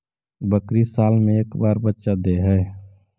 बकरी साल मे के बार बच्चा दे है?